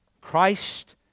Christ